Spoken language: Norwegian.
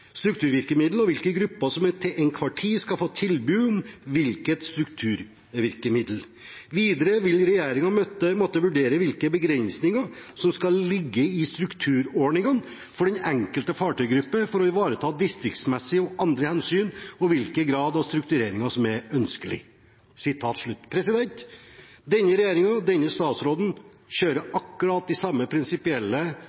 strukturvirkemiddel og hvilke grupper som til enhver tid skal få tilbud om hvilket strukturvirkemiddel. Videre vil regjeringen måtte vurdere hvilke begrensninger som skal ligge i strukturordningene for den enkelte fartøygruppe for å ivareta distriktsmessige og andre hensyn, og hvilken grad av strukturering som er ønskelig.» Denne regjeringen og denne statsråden kjører